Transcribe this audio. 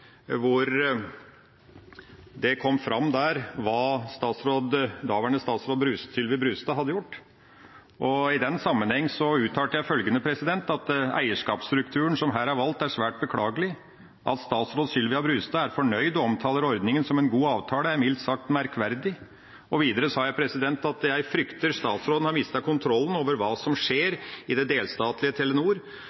det kom fram hva daværende statsråd Sylvia Brustad hadde gjort. I den sammenhengen uttalte jeg følgende: «Eierskapsstrukturen som her er valgt, er svært beklagelig. At statsråd Sylvia Brustad er fornøyd og omtaler ordningen som en «god avtale», er mildt sagt merkverdig.» Videre sa jeg at jeg fryktet statsråden hadde mistet kontrollen over hva som egentlig skjedde i det delstatlige Telenor,